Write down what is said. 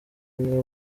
niyo